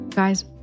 Guys